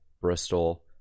Bristol